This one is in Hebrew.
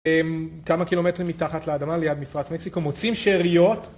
כמה קילומטרים מתחת לאדמה, ליד מפרץ מקסיקו, מוצאים שאריות